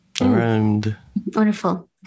Wonderful